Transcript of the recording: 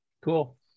Cool